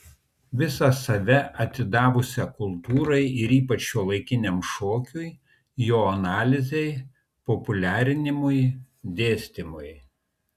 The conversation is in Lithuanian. visą save atidavusią kultūrai ir ypač šiuolaikiniam šokiui jo analizei populiarinimui dėstymui